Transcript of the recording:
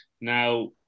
Now